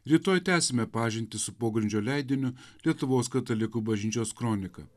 rytoj tęsime pažintį su pogrindžio leidiniu lietuvos katalikų bažnyčios kronika